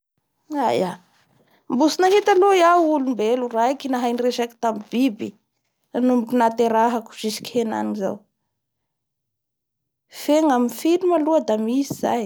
Aia mbo tsy nahita aoha iaho olombelo ndaraiky nahay niresaky tamin'ny bibinanomboky nahaterahako jusque heneny zao fe ngamin'ny film aoha da misy zay